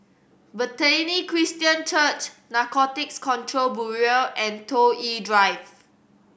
Bethany Christian Church Narcotics Control Bureau and Toh Yi Drive